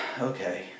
okay